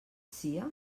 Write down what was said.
sia